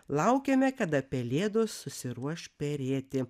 laukiame kada pelėdos susiruoš perėti